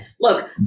Look